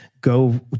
go